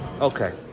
Okay